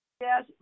Yes